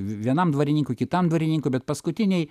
vienam dvarininkui kitam dvarininkui bet paskutiniai